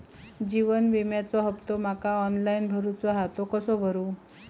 जीवन विम्याचो हफ्तो माका ऑनलाइन भरूचो हा तो कसो भरू?